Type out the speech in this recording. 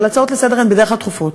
אבל הצעות לסדר-היום הן בדרך כלל דחופות.